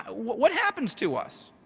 what what happens to us?